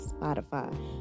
Spotify